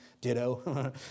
ditto